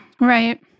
Right